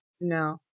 No